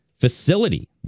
facility